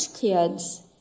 kids